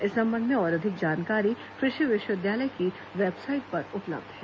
इस संबंध में और अधिक जानकारी कृषि विश्वविद्यालय की वेबसाइट पर उपलब्ध है